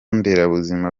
nderabuzima